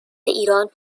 ایران